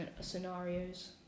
scenarios